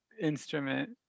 instrument